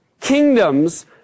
kingdoms